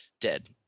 dead